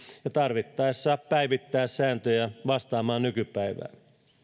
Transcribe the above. ja tarvittaessa päivittää sääntöjä vastaamaan nykypäivää